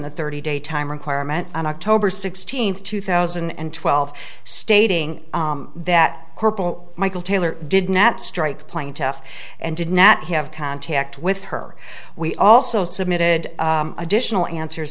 the thirty day time requirement on october sixteenth two thousand and twelve stating that corporal michael taylor did not strike playing tough and did not have contact with her we also submitted additional answers